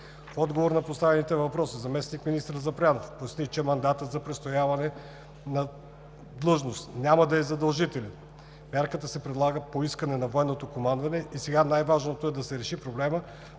В отговор на поставените въпроси заместник-министър Запрянов поясни, че мандатът за престояване на длъжност няма да е задължителен. Мярката се предлага по искане на военното командване и сега най-важното е да се реши проблемът